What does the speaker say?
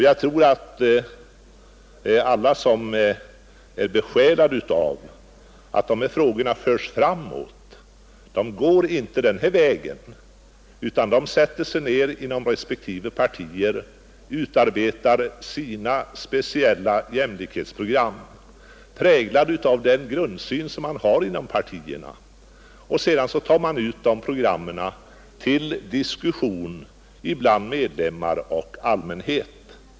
Jag tror att alla som är besjälade av att dessa frågor förs framåt inte går denna väg, utan de sätter sig ned inom respektive partier och utarbetar sina speciella jämlikhetsprogram, präglade av den grundsyn man har inom partierna. Sedan tar man ut programmen till diskussion bland medlemmar och allmänhet.